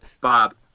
Bob